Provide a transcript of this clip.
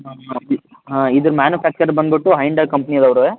ಹಾಂ ಇದರ ಮ್ಯಾನುಫ್ಯಾಕ್ಚರ್ ಬಂದ್ಬಿಟ್ಟು ಹೈಂಡಾಯ್ ಕಂಪ್ನಿಯವ್ರದ್ದೆ